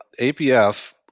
APF